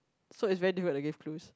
so it's very difficult to give clues